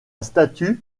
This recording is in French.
statue